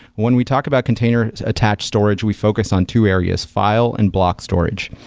when we talk about container attached storage, we focus on two areas file and block storage.